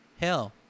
Hell